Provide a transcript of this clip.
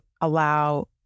allow